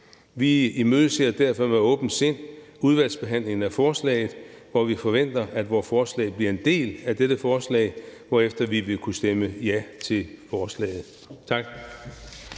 Vi imødeser derfor med åbent sind udvalgsbehandlingen af forslaget, hvor vi forventer at vores forslag bliver en del af dette forslag, hvorefter vi vil kunne stemme ja til forslaget. Tak.